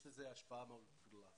יש לזה השפעה מאוד גדולה.